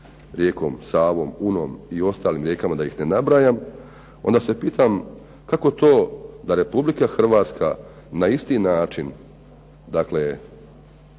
rijekom Savom, Unom i ostalim rijekama da ih ne nabrajam, onda se pitama kako to da Republika Hrvatska na isti način